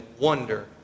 wonder